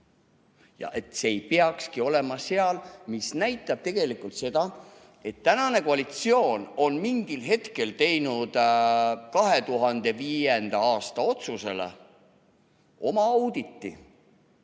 ja et see ei peakski seal olema. See näitab tegelikult seda, et tänane koalitsioon on mingil hetkel teinud 2005. aasta otsusele oma auditi.